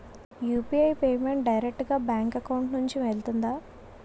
UPI payment direct గా bank account నుంచి వెళ్తుందా?